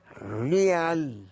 real